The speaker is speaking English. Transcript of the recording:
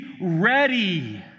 ready